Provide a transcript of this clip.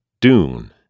Dune